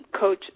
coach